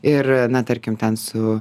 ir na tarkim ten su